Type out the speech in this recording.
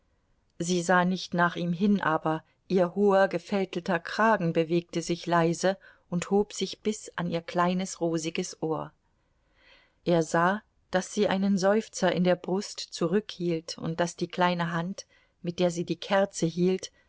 sie sah nicht nach ihm hin aber ihr hoher gefältelter kragen bewegte sich leise und hob sich bis an ihr kleines rosiges ohr er sah daß sie einen seufzer in der brust zurückhielt und daß die kleine hand mit der sie die kerze hielt